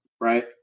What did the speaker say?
right